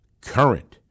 current